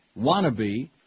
wannabe